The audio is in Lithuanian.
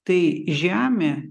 tai žemė